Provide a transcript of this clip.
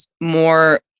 more